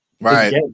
Right